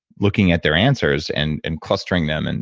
looking at their answers and and clustering them, and